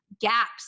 gaps